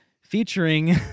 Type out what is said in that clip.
featuring